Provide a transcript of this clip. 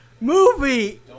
movie